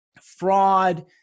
fraud